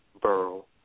burl